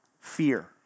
fear